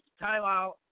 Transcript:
timeout